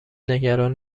نگران